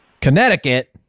Connecticut